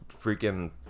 freaking